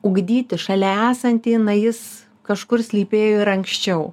ugdyti šalia esantį na jis kažkur slypėjo ir anksčiau